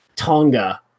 tonga